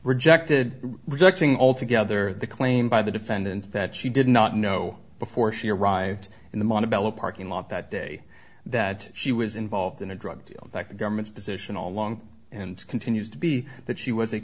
rejected rejecting altogether the claim by the defendant that she did not know before she arrived in the mana bella parking lot that day that she was involved in a drug deal that the government's position all along and continues to be that she was a